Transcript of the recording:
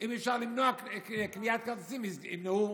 אם אפשר למנוע קניית כרטיסים, ימנעו.